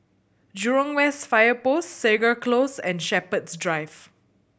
Jurong West Fire Post Segar Close and Shepherds Drive